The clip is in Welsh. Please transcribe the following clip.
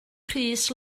crys